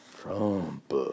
Trump